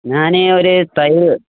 ഞാന് ഒരു